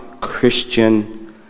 Christian